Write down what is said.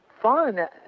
fun